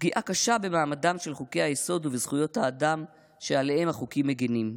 פגיעה קשה במעמדם של חוקי-היסוד וזכויות האדם שעליהם החוקים מגינים,